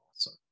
awesome